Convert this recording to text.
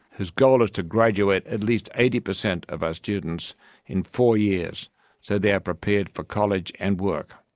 whose goal is to graduate at least eighty per cent of our students in four years so they are prepared for college and work.